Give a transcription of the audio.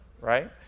right